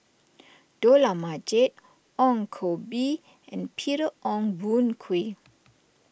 Dollah Majid Ong Koh Bee and Peter Ong Boon Kwee